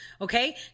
okay